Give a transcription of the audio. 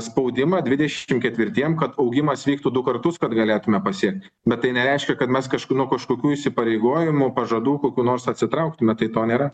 spaudimą dvidešimt ketvirtiem kad augimas vyktų du kartus kad galėtume pasiekti bet tai nereiškia kad mes kažkur nuo kažkokių įsipareigojimų pažadų kokių nors atsitrauktume tai to nėra